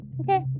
Okay